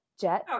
Jet